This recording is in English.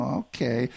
okay